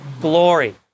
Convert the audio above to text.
glory